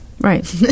Right